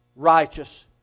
righteous